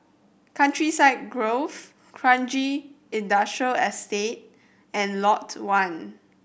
Countryside Grove Kranji Industrial Estate and Lot One